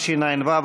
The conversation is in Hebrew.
(ערים קולטות עלייה),